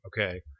Okay